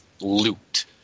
loot